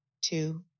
two